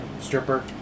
stripper